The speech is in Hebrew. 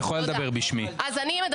הייעוץ המשפטי לוועדה הציע נוסח לעניין זה.